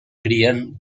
crien